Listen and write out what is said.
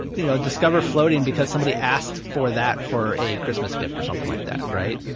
you know, discover floating, because somebody asked for that for a christmas gift or something like that, right?